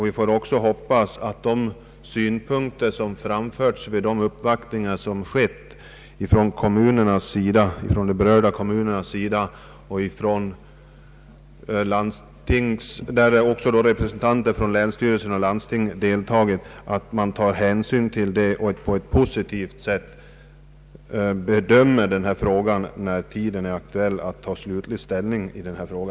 Vi får också hoppas att de synpunkter som framförts vid de uppvaktningar som gjorts från berörda kommuners sida, där också representanter från länsstyrelsen och landstinget har deltagit, beaktas och att man bedömer denna fråga på ett positivt sätt när det blir aktuellt att ta slutgiltig ställning.